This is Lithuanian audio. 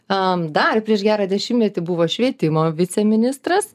am dar prieš gerą dešimtmetį buvo švietimo viceministras